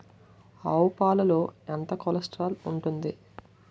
ఆవు పాలలో ఎంత కొలెస్ట్రాల్ ఉంటుంది?